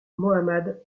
mohammad